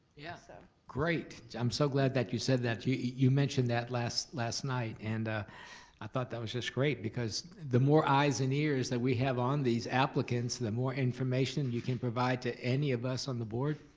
yeah, so great, i'm so glad that you said that. you you mentioned that last last night, and i thought that was just great because the more eyes and ears that we have on these applicants, the more information you can provide to any of us on the board,